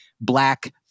black